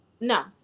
No